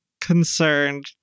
concerned